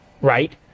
right